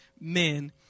men